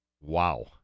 Wow